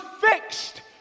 fixed